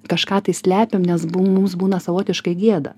kažką tai slepiam nes bu mums būna savotiškai gėda